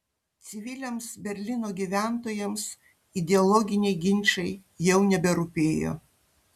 civiliams berlyno gyventojams ideologiniai ginčai jau neberūpėjo